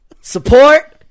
support